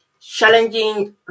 challenging